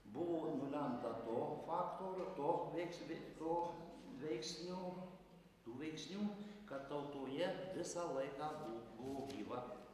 buvo nulemta to fakto ir to veiks to veiksnio tų veiksnių kad tautoje visą laiką bu buvo gyva